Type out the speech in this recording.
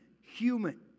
human